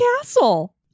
castle